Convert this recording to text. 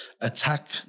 attack